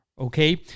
okay